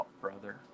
brother